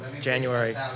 January